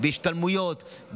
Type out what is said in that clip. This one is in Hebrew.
בהשתלמויות,